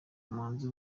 umuhanzi